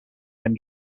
and